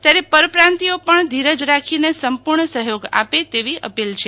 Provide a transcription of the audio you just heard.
ત્યારે પરપ્રન્તીઓ પણ ધીરજ રાખીને સંપૂર્ણ સહયોગ આપે તેવી અપીલ છે